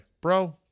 bro